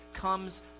comes